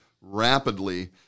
rapidly